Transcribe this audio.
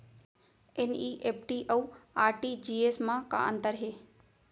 NEFT अऊ RTGS मा का अंतर हे?